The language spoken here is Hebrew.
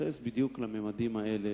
מתייחס בדיוק לממדים האלה,